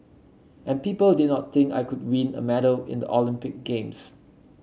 and people did not think I could win a medal in the Olympic Games